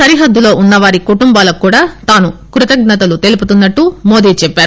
సరిహద్దులో ఉన్నవారి కుటుంబాలకు కూడా తాను కృతజ్ఞతలు తెలుపుతున్నట్టు మోదీ చెప్పారు